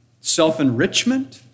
self-enrichment